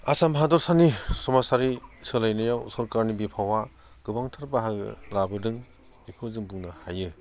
आसाम हादरसानि समाजारि सोलायनायाव सोरकारनि बिफावा गोबांथार बाहागो लाबोदों बेखौ जों बुंनो हायो